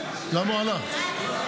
למה הוא הלך?